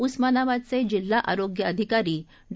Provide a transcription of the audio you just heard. उस्मानाबादचे जिल्हाआरोग्य अधिकारी डॉ